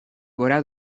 gora